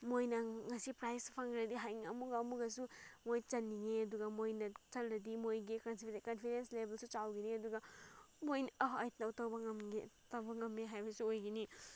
ꯃꯣꯏꯅ ꯉꯁꯤ ꯄ꯭ꯔꯥꯏꯖ ꯐꯪꯂꯗꯤ ꯍꯥꯏꯅ ꯑꯃꯨꯛꯀ ꯑꯃꯨꯛꯀꯁꯨ ꯃꯣꯏ ꯆꯠꯅꯤꯡꯉꯦ ꯑꯗꯨꯒ ꯃꯣꯏꯅ ꯆꯠꯂꯗꯤ ꯃꯣꯏꯒꯤ ꯀꯟꯐꯤꯗꯦꯟꯁ ꯂꯦꯕꯦꯜꯁꯨ ꯆꯥꯎꯒꯅꯤ ꯑꯗꯨꯒ ꯃꯣꯏꯅ ꯑꯩ ꯇꯧꯕ ꯉꯝꯒꯦ ꯇꯧꯕ ꯉꯝꯃꯦ ꯍꯥꯏꯕꯁꯨ ꯑꯣꯏꯒꯅꯤ